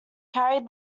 carried